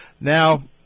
Now